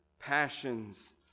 passions